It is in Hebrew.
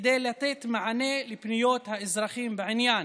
כדי לתת מענה על פניות האזרחים בעניין.